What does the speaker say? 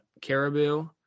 caribou